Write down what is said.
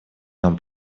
нам